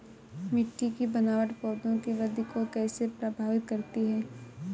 मिट्टी की बनावट पौधों की वृद्धि को कैसे प्रभावित करती है?